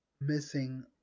missing